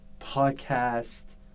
Podcast